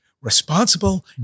responsible